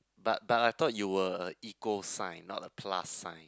but but I thought you were a equal sign not a plus sign